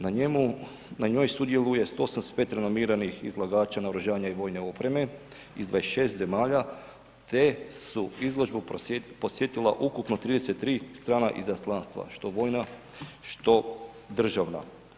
Na njoj sudjeluje 185 renomiranih izlagača naoružanja i vojne opreme iz 26 zemalja, te su izložbu podsjetila ukupno 33 strana izaslanstva, što vojna, što državna.